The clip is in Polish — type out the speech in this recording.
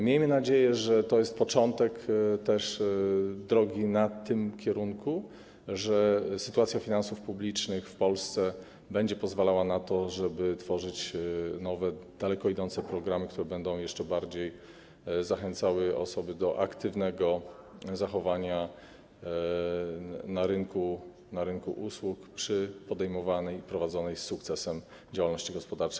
Miejmy nadzieję, że to jest początek też drogi w tym kierunku, że sytuacja finansów publicznych w Polsce będzie pozwalała na to, żeby tworzyć nowe, daleko idące programy, które będą jeszcze bardziej zachęcały osoby do aktywnego zachowania na rynku usług przy podejmowanej i prowadzonej z sukcesem działalności gospodarczej.